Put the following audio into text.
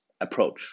approach